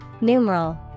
Numeral